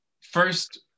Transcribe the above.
first